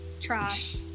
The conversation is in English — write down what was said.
Trash